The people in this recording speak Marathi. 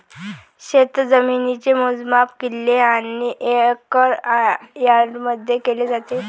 शेतजमिनीचे मोजमाप किल्ले आणि एकर यार्डमध्ये केले जाते